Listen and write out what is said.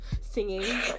singing